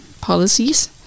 policies